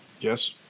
Yes